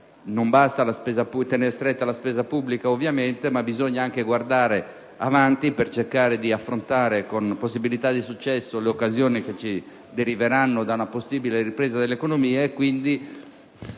Non basta tenere stretta la spesa pubblica, ovviamente, ma bisogna anche guardare avanti per cercare di affrontare con possibilità di successo le occasioni che ci deriveranno da una possibile ripresa dell'economia,